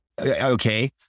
okay